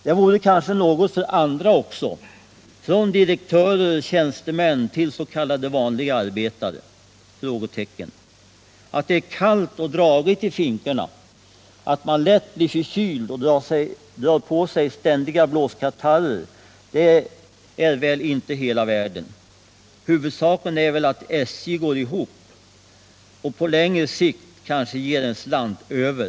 Det vore kanske något för andra också, från direktörer, tjänstemän till s.k. vanliga arbetare? Att det är kallt och dragigt i finkorna och att man lätt blir förkyld och drar på sej ständiga blåskatarrer — det är väl inte hela världen? Huvudsaken är väl att SJ går ihop och på längre sikt kanske ger en slant över .